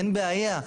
אין בעיה,